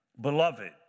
Beloved